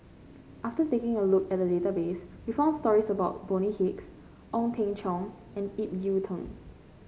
after taking a look at the database we found stories about Bonny Hicks Ong Teng Cheong and Ip Yiu Tung